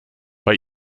bei